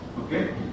Okay